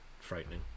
frightening